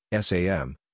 SAM